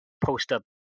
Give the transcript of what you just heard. post-up